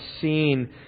seen